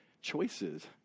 choices